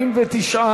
התשע"ו 2015,